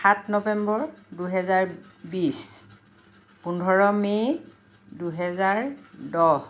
সাত নৱেম্বৰ দুহেজাৰ বিছ পোন্ধৰ মে' দুহেজাৰ দহ